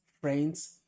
friends